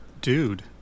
Dude